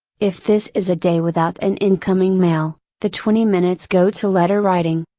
if this is a day without an incoming mail, the twenty minutes go to letter writing.